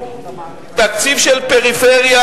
תקציב של פריפריה,